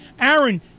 Aaron